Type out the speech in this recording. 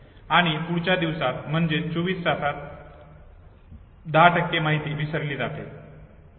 आणि पुढच्या पूर्ण दिवसात म्हणजेच 24 तासात 10 माहिती विसरली जाते